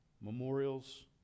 Memorials